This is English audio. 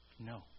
No